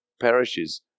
perishes